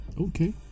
Okay